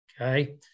Okay